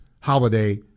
holiday